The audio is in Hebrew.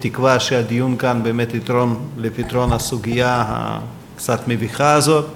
כולי תקווה שהדיון כאן באמת יתרום לפתרון הסוגיה הקצת-מביכה הזאת.